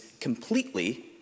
completely